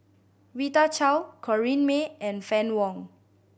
Rita Chao Corrinne May and Fann Wong